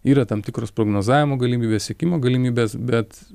yra tam tikros prognozavimo galimybės sekimo galimybės bet